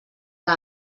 que